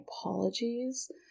apologies